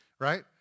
right